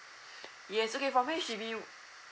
yes okay from H_D_B